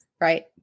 right